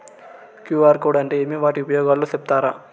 QR code అంటే ఏమి వాటి ఉపయోగాలు సెప్తారా?